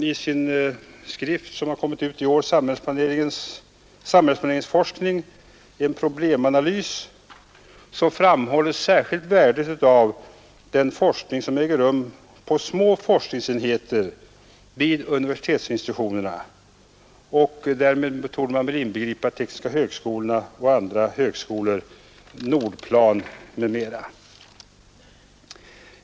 I den skrift som byggnadsforskningsrådet utgivit i år — Samhällsplaneringsforskning, en problemanalys — framhålles särskilt värdet av den forskning som äger rum på små forskningsenheter vid universitetsinstitutionerna. Däri torde man väl inbegripa de tekniska högskolorna och andra högskolor, Nordplan m.m.